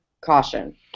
caution